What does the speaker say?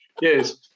Yes